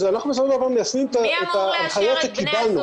אנחנו בסופו של דבר מיישמים את ההנחיות שקיבלנו.